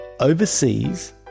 overseas